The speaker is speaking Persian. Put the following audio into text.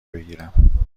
بگیرم